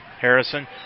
Harrison